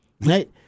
right